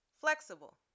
Flexible